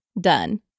done